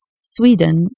Sweden